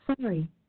Sorry